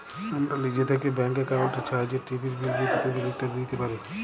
আমরা লিজে থ্যাইকে ব্যাংক একাউল্টের ছাহাইয্যে টিভির বিল, বিদ্যুতের বিল ইত্যাদি দিইতে পারি